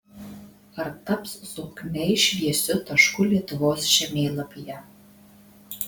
ar taps zokniai šviesiu tašku lietuvos žemėlapyje